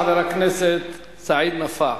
חבר הכנסת סעיד נפאע,